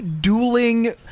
dueling